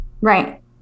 Right